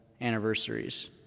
anniversaries